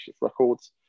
Records